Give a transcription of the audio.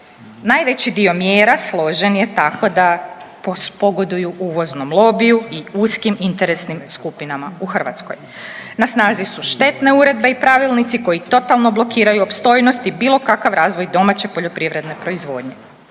Najveći dio mjera složen je tako da pogoduju uvoznom lobiju i uskim interesnim skupinama u Hrvatskoj. Na snazi su štetne uredbe i pravilnici koji totalno blokiraju opstojnost i bilo kakav razvoj domaće poljoprivredne proizvodnje.